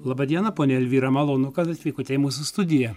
laba diena ponia elvyra malonu kad atvykote į mūsų studiją